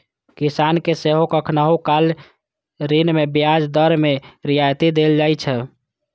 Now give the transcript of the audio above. किसान कें सेहो कखनहुं काल ऋण मे ब्याज दर मे रियायत देल जाइ छै